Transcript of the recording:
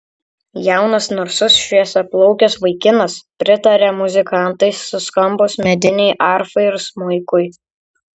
jaunas narsus šviesiaplaukis vaikinas pritarė muzikantai suskambus medinei arfai ir smuikui